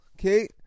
Okay